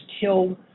killed